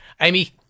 Amy